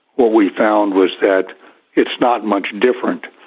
what we found was that it's not much different.